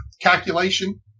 calculation